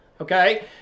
Okay